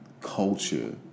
Culture